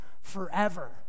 forever